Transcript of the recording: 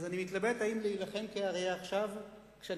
אז אני מתלבט אם להילחם כאריה עכשיו כשאני